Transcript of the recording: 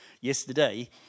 yesterday